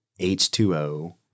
H2O